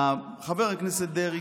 חבר הכנסת דרעי,